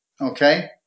Okay